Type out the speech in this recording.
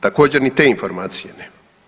Također ni te informacije nema.